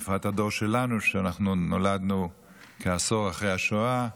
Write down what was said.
ובפרט הדור שלנו, שאנחנו נולדנו כעשור אחרי השואה.